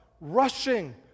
rushing